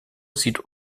sieht